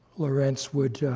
lorenz would